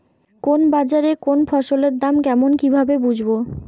কোন বাজারে কোন ফসলের দাম কেমন কি ভাবে বুঝব?